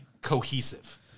cohesive